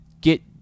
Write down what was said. get